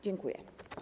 Dziękuję.